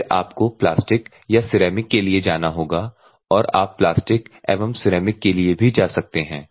फिर आपको प्लास्टिक या सिरेमिक के लिए जाना होगा और आप प्लास्टिक एवं सिरेमिक के लिए भी जा सकते हैं